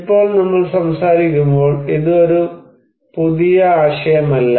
ഇപ്പോൾ നമ്മൾ സംസാരിക്കുമ്പോൾ ഇത് ഒരു പുതിയ ആശയമല്ല